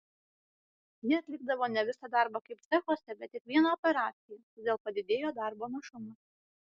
jie atlikdavo ne visą darbą kaip cechuose bet tik vieną operaciją todėl padidėjo darbo našumas